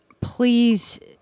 please